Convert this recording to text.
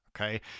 Okay